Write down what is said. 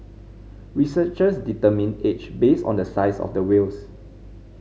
researchers determine age based on the size of the whales